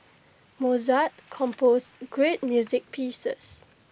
Mozart composed great music pieces